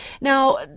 Now